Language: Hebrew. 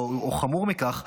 או חמור מכך,